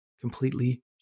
completely